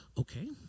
okay